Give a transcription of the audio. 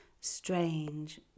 strange